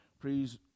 please